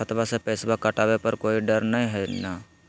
खतबा से पैसबा कटाबे पर कोइ डर नय हय ना?